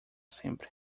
sempre